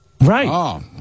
Right